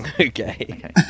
Okay